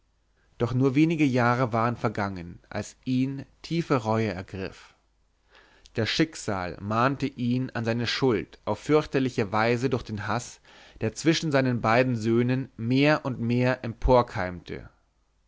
doch nur wenige jahre waren vergangen als ihn tiefe reue ergriff das schicksal mahnte ihn an seine schuld auf fürchterliche weise durch den haß der zwischen seinen beiden söhnen mehr und mehr